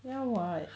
ya [what]